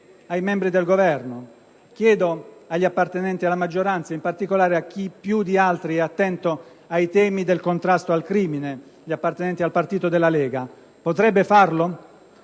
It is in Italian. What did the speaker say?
ai membri del Governo, chiedo agli appartenenti alla maggioranza e in particolare a chi più di altri è attento ai temi del contrasto al crimine, gli appartenenti al partito della Lega, potrebbe farlo?